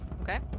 Okay